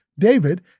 David